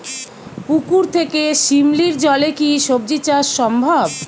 পুকুর থেকে শিমলির জলে কি সবজি চাষ সম্ভব?